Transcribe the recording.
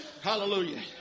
Hallelujah